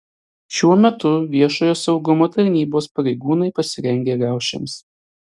šiuo metu viešojo saugumo tarnybos pareigūnai pasirengę riaušėms